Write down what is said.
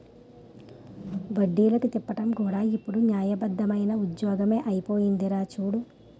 వడ్డీలకి తిప్పడం కూడా ఇప్పుడు న్యాయబద్దమైన ఉద్యోగమే అయిపోందిరా చూడు